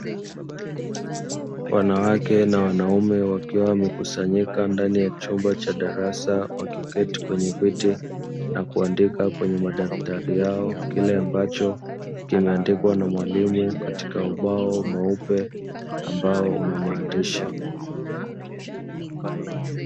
Wanawake na wanaume wakiwa wamekusanyika ndani ya chumba cha darasa, wakiketi kwenye viti na kuandika kwenye madaftari yao kile ambacho kimeandikwa na mwalimu katika ubao mweupe, ambao una maandishi.